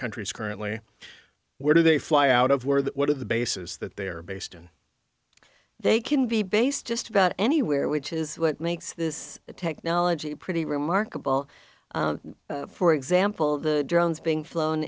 countries currently where do they fly out of where that one of the bases that they are based in they can be based just about anywhere which is what makes this technology pretty remarkable for example the drones being flown